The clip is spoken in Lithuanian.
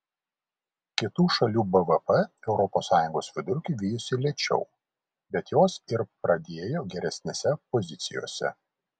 kitų šalių bvp europos sąjungos vidurkį vijosi lėčiau bet jos ir pradėjo geresnėse pozicijose